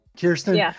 Kirsten